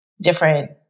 different